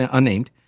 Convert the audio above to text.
unnamed